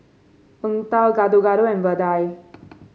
Png Tao Gado Gado and vadai